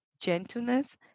gentleness